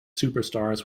superstars